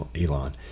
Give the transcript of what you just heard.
Elon